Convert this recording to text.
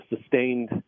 sustained